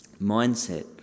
Mindset